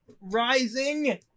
rising